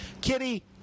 Kitty